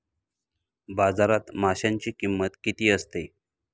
बाजारात माशांची किंमत किती असते?